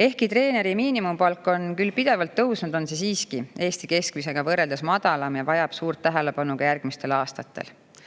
Ehkki treeneri miinimumpalk on küll pidevalt tõusnud, on see siiski Eesti keskmisega võrreldes madalam ja vajab suurt tähelepanu ka järgmistel aastatel.